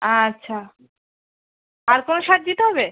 আচ্ছা আর কোনও সার দিতে হবে